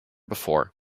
before